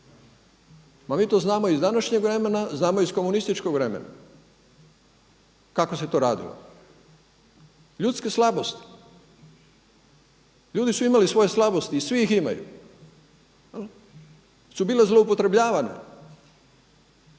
Ma mi to znamo iz današnjeg vremena, znamo iz komunističkog vremena kako se to radilo, ljudske slabosti. Ljudi su imali svoje slabosti i svi ih imaju, ali su bila zloupotrebljavana.